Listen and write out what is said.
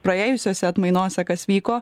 praėjusiose atmainose kas vyko